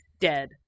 dead